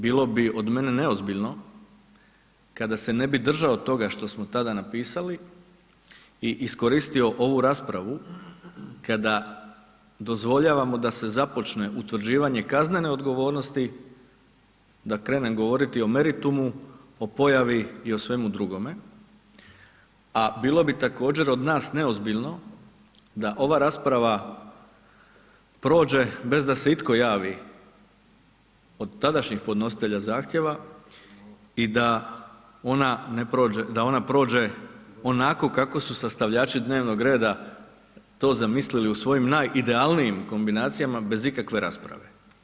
Bilo bi od mene neozbiljno kada se ne bi držao toga što smo tada napisali i iskoristio ovu raspravu kada dozvoljavamo da se započne utvrđivanje kaznene odgovornosti, da krenem govoriti o meritumu, o pojavi i o svemu drugome a bilo bi također od nas neozbiljno da ova rasprava prođe bez da se itko javi od tadašnjeg podnositelja zahtjeva i da ona prođe onako kako su sastavljači dnevnog reda to zamislili u svojim najidealnijim kombinacijama, bez ikakve rasprave.